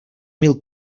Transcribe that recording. mil